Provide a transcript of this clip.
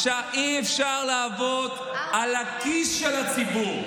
אי-אפשר לעבוד על הכיס של הציבור.